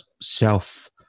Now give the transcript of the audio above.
self